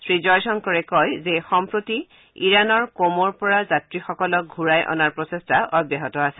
শ্ৰীজয়শংকৰে কয় যে সম্প্ৰতি ইৰাণৰ কমৰপৰা তীৰ্থযাত্ৰীসকলক ঘূৰাই অনাৰ প্ৰচেষ্টা অব্যাহত আছে